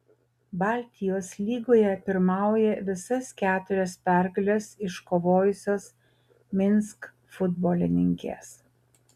baltijos lygoje pirmauja visas keturias pergales iškovojusios minsk futbolininkės